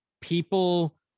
people